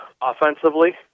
offensively